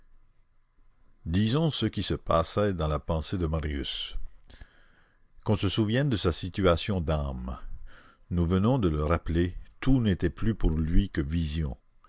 disons ce qui se passait dans la pensée de marius qu'on se souvienne de sa situation d'âme nous venons de le rappeler tout n'était plus pour lui que vision